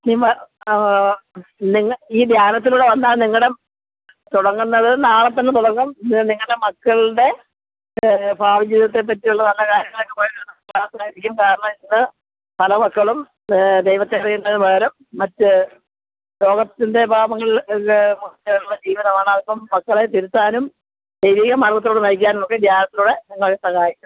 നിന് വ നിങ്ങൾ ഈ ധ്യാനത്തിലൂടെ വന്നാൽ നിങ്ങളുടെ തുടങ്ങുന്നത് നാളെത്തന്നെ തുടങ്ങും ഇത് നിങ്ങളുടെ മക്കളുടെ ഭാവി ജീവിതത്തെപ്പറ്റിയുള്ള നല്ലകാര്യങ്ങളെ കുറിച്ചുള്ള ക്ലാസായിരിക്കും കാരണം ഇന്ന് പല മക്കളും ദൈവത്തെ അറിയുന്നതിന് പകരം മറ്റ് ലോകത്തിന്റെ പാപങ്ങള്ള് ജീവിതമാണ് അതിപ്പോൾ മക്കളെ തിരുത്താനും ദൈവീകമാര്ഗത്തിലൂടെ നയിക്കാനുമൊക്കെ ധ്യാനത്തിലൂടെ ഞങ്ങൾ സഹായിക്കും